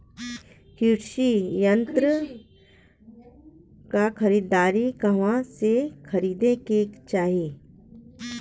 कृषि यंत्र क खरीदारी कहवा से खरीदे के चाही?